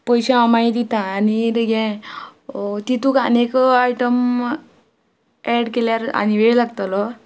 पयशे हांव मागी दिता आनी ते हें तितूक आनीक आयटम एड केल्यार आनी वेळ लागतलो